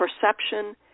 perception